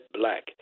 black